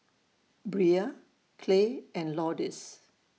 Bria Clay and Lourdes